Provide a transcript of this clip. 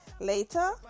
later